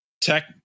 tech